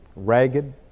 ragged